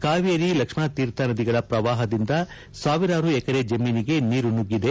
ಕಾವೇರಿ ಲಕ್ಷ್ಣಣತೀರ್ಥ ನದಿಗಳ ಪ್ರವಾಪದಿಂದ ಸಾವಿರಾರು ಎಕರೆ ಜಮೀನಿಗೆ ನೀರು ನುಗ್ಗಿದೆ